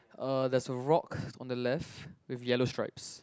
uh there's a rock on the left with yellow stripes